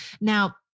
Now